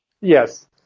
yes